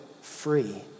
free